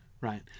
Right